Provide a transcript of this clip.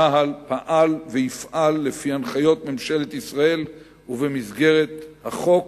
צה"ל פעל ויפעל לפי הנחיות ממשלת ישראל ובמסגרת החוק,